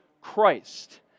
Christ